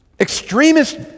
extremist